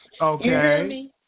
Okay